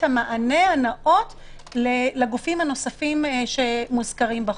המענה הנאות לגופים הנוספים שמוזכרים בחוק.